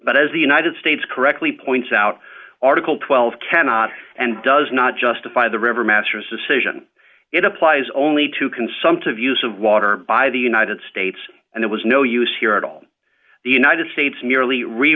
but as the united states correctly points out article twelve cannot and does not justify the river master's decision it applies only to consumptive use of water by the united states and it was no use here at all the united states merely re